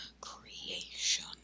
creation